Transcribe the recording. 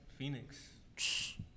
Phoenix